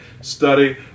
study